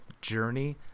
journey